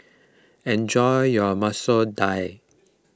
enjoy your Masoor Dal